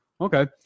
Okay